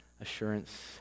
assurance